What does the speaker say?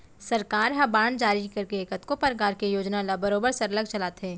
सरकार ह बांड जारी करके कतको परकार के योजना ल बरोबर सरलग चलाथे